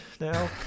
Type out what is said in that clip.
now